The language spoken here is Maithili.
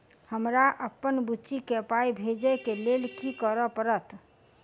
हमरा अप्पन बुची केँ पाई भेजइ केँ लेल की करऽ पड़त?